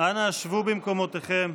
במקומותיכם.